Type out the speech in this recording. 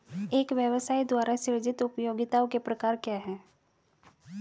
एक व्यवसाय द्वारा सृजित उपयोगिताओं के प्रकार क्या हैं?